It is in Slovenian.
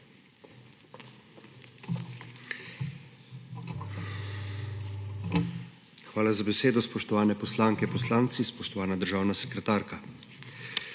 Hvala za besedo. Spoštovane poslanke, poslanci, spoštovana državna sekretarka!